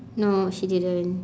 no she didn't